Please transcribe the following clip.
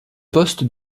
poste